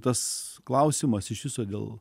tas klausimas iš viso dėl